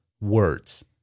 words